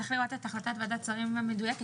צריך לראות את החלטת ועדת השרים המדויקת,